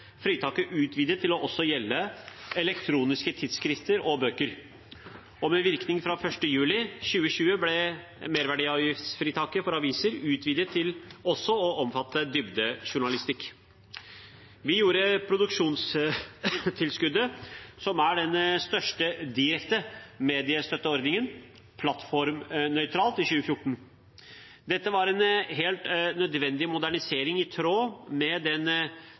fritaket utvidet til også å gjelde elektroniske tidsskrifter og bøker, og med virkning fra 1. juli 2020 ble merverdiavgiftsfritaket for aviser utvidet til også å omfatte dybdejournalistikk. Vi gjorde produksjonstilskuddet, som er den største direkte mediestøtteordningen, plattformnøytralt i 2014. Dette var en helt nødvendig modernisering i tråd med den